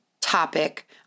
topic